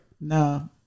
No